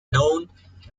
known